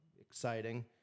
Exciting